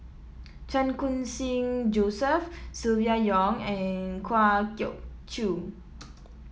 Chan Khun Sing Joseph Silvia Yong and Kwa Geok Choo